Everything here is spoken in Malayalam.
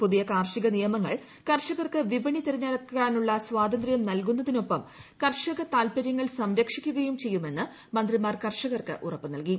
പുതിയ കാർഷിക നിയമങ്ങൾ കർഷകർക്ക് വിപണി തിരഞ്ഞെടുക്കാനുള്ള സ്വാതന്ത്യം നൽകുന്നതിനൊപ്പം കർഷകതാത്പര്യങ്ങൾ സംരക്ഷിക്കുകയും ചെയ്യുമെന്ന് മന്ത്രിമാർ കർഷകർക്ക് ഉറപ്പ് നൽകി